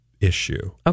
issue